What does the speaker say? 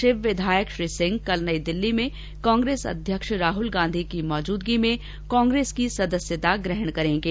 शिव विधायक श्री सिंह कल नई दिल्ली में कांग्रेस अध्यक्ष राहुल गांधी की मौजूदगी में कांग्रेस की सदस्यता ग्रहण करेंगे